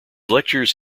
lectures